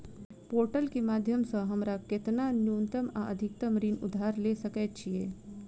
Portal केँ माध्यम सऽ हमरा केतना न्यूनतम आ अधिकतम ऋण राशि उधार ले सकै छीयै?